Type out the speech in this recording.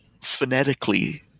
phonetically